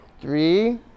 Three